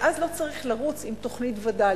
ואז לא צריך לרוץ עם תוכנית וד"לים.